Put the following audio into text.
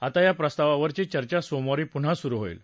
आता या प्रस्तावावरची चर्चा सोमवारी पुन्हा सुरू होईल